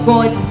God